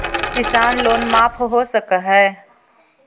किसान लोन माफ हो सक है?